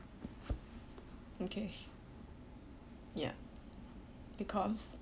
okay ya because